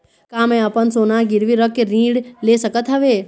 का मैं अपन सोना गिरवी रख के ऋण ले सकत हावे?